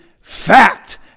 fact